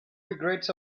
regrets